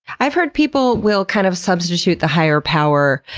i've heard people will kind of substitute the higher power,